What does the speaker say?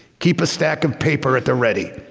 keep a stack of paper at the ready.